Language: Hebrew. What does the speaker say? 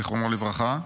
זיכרונו לברכה.